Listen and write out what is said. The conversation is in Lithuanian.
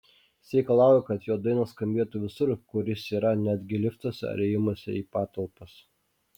jis reikalauja kad jo dainos skambėtų visur kur jis yra netgi liftuose ar įėjimuose į patalpas